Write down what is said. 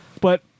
But-